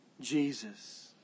Jesus